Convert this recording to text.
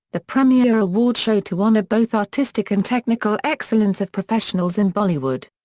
the premier award show to honour both artistic and technical excellence of professionals in bollywood.